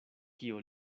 kio